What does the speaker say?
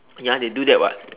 ya they do that [what]